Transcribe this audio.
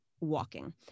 walking